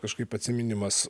kažkaip atsiminimas